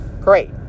Great